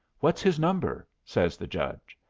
what's his number? says the judge.